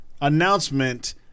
announcement